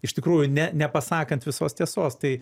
iš tikrųjų ne nepasakant visos tiesos tai